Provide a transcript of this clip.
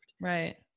Right